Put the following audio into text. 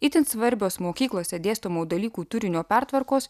itin svarbios mokyklose dėstomų dalykų turinio pertvarkos